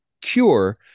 cure